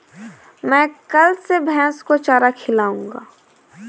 मैं कल से भैस को चारा खिलाऊँगा